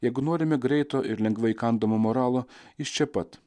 jeigu norime greito ir lengvai įkandamo moralo iš čia pat